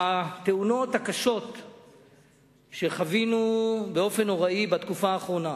התאונות הקשות שחווינו באופן נורא בתקופה האחרונה,